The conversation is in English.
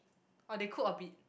or they cooked a bit